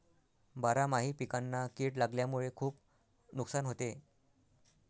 बारामाही पिकांना कीड लागल्यामुळे खुप नुकसान होते